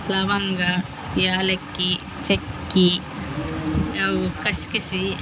ಲವಂಗ ಏಲಕ್ಕಿ ಚಕ್ಕೆ ಯಾವ ಗಸ್ಗಸೆ